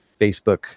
facebook